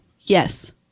yes